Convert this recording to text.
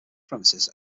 premises